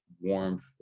warmth